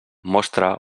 mostra